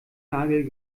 nagel